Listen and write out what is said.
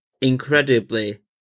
incredibly